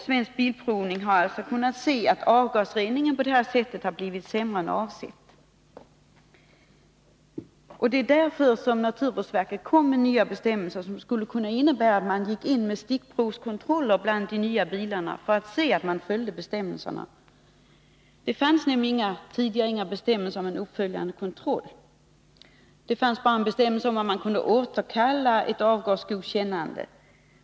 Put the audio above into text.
Svensk Bilprovning har kunnat se att avgasreningen på det sättet har blivit sämre än avsett. Det är därför som naturvårdsverket kom med nya bestämmelser, som skulle kunna innebära att man gjorde stickprovskontroller bland de nya bilarna för att se att bestämmelserna följdes. Det fanns nämligen tidigare inga bestämmelser om en uppföljande kontroll. Det fanns bara en bestämmelse om att man kunde återkalla ett avgasgodkännande.